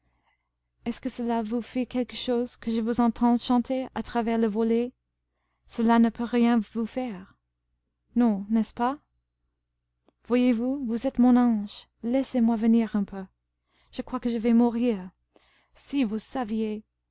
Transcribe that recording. est-ce que cela vous fait quelque chose que je vous entende chanter à travers le volet cela ne peut rien vous faire non n'est-ce pas voyez-vous vous êtes mon ange laissez-moi venir un peu je crois que je vais mourir si vous saviez